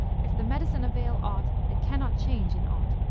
if the medicine avail aught it cannot change in aught.